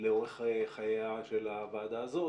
לאורך חייה של הוועדה הזאת.